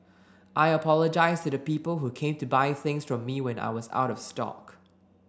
I apologise to the people who came to buy things from me when I was out of stock